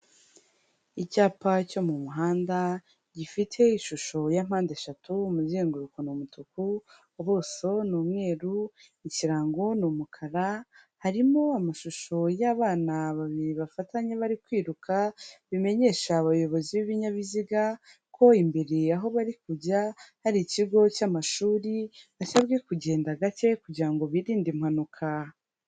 Icyapa cyo mu muhanda, gifite ishusho ya mpande eshatu, umuzenguruko ni umutuku, ubuso ni umweru, ikirango ni umukara, harimo amashusho y'abana babiri bafatanye bari kwiruka, bimenyesha abayobozi b'ibinyabiziga, ko imbere aho bari kujya, hari ikigo cy'amashuri, basabwe kugenda gake, kugira ngo birinde impanuka.